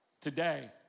Today